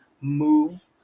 move